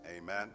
amen